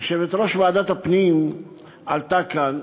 יושבת-ראש ועדת הפנים עלתה כאן,